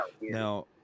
now